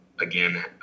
again